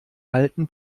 alten